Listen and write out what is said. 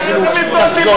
ואפילו תחזור,